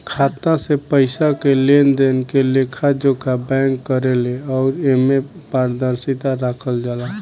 खाता से पइसा के लेनदेन के लेखा जोखा बैंक करेले अउर एमे पारदर्शिता राखल जाला